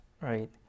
Right